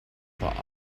park